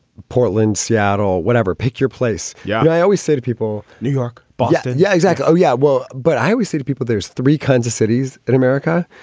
portland, seattle, whatever. pick your place. yeah and i always say to people, new york, boston. yeah, exactly. oh, yeah. well, but i always say to people, there's three kinds of cities in america.